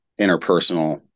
interpersonal